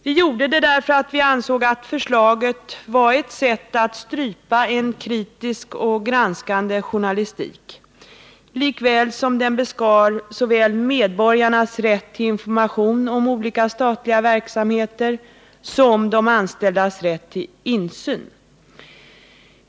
Vi gjorde det därför att vi ansåg att förslaget var ett sätt att strypa en kritisk och granskande journalistik, samtidigt som det beskar såväl medborgarnas rätt till information om olika statliga verksamheter som de anställdas rätt till insyn.